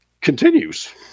continues